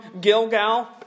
Gilgal